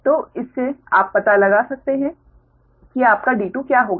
तो इससे आप पता लगा सकते हैं कि आपका d2 क्या होगा